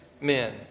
men